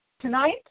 tonight